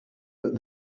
but